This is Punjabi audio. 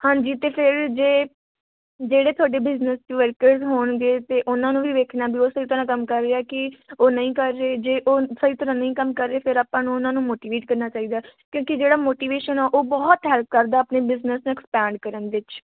ਹਾਂਜੀ ਅਤੇ ਫਿਰ ਜੇ ਜਿਹੜੇ ਤੁਹਾਡੇ ਬਿਜ਼ਨਸ 'ਚ ਵਰਕਰਸ ਹੋਣਗੇ ਤਾਂ ਉਹਨਾਂ ਨੂੰ ਵੀ ਵੇਖਣਾ ਵੀ ਸਹੀ ਤਰ੍ਹਾਂ ਕੰਮ ਕਰ ਰਿਹਾ ਕਿ ਉਹ ਨਹੀਂ ਕਰ ਰਹੇ ਜੇ ਉਹ ਸਹੀ ਤਰ੍ਹਾਂ ਨਹੀਂ ਕੰਮ ਕਰ ਰਹੇ ਫਿਰ ਆਪਾਂ ਨੂੰ ਉਹਨਾਂ ਨੂੰ ਮੋਟੀਵੇਟ ਕਰਨਾ ਚਾਹੀਦਾ ਕਿਉਂਕਿ ਜਿਹੜਾ ਮੋਟੀਵੇਸ਼ਨ ਆ ਉਹ ਬਹੁਤ ਹੈਲਪ ਕਰਦਾ ਆਪਣੇ ਬਿਜਨਸ ਨੂੰ ਐਕਸਪੈਂਡ ਕਰਨ ਵਿੱਚ